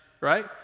right